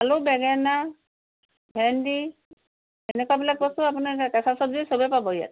আলু বেঙেনা ভেন্দী এনেকুৱাবিলাক বস্তু আপোনাৰ কেঁচা চব্জি সবে পাব ইয়াত